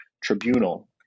Tribunal